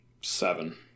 Seven